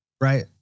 right